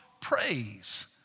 praise